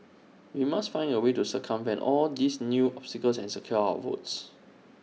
we must find A way to circumvent all these new obstacles and secure our votes